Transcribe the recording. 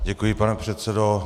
Děkuji, pane předsedo.